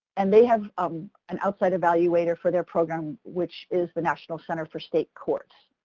and they have um an outside evaluator for their program, which is the national center for state courts,